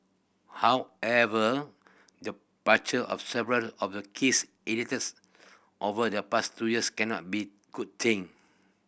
however departure of several of the keys editors over the past two years cannot be good thing